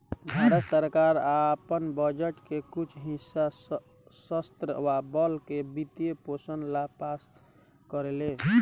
भारत सरकार आपन बजट के कुछ हिस्सा सशस्त्र बल के वित्त पोषण ला पास करेले